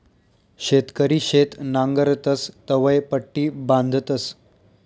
शेतकरी शेत नांगरतस तवंय पट्टी बांधतस